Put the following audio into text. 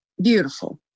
Beautiful